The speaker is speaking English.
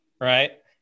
right